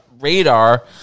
radar –